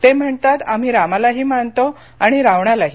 ते म्हणतात आम्ही रामालाही मानतो आणि रावणालाही